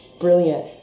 brilliant